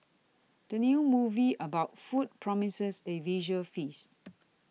the new movie about food promises a visual feast